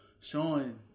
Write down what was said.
showing